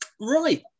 right